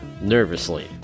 nervously